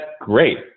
great